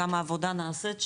כמה עבודה נעשית שם.